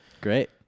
Great